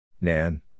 Nan